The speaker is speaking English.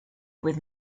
with